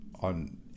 on